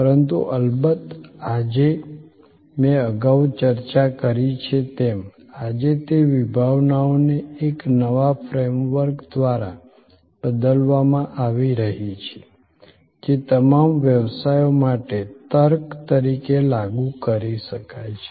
પરંતુ અલબત્ત આજે મેં અગાઉ ચર્ચા કરી છે તેમ આજે તે વિભાવનાઓને એક નવા ફ્રેમવર્ક દ્વારા બદલવામાં આવી રહી છે જે તમામ વ્યવસાયો માટે તર્ક તરીકે લાગુ કરી શકાય છે